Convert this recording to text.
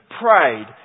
prayed